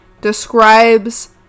describes